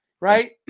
right